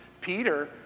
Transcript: Peter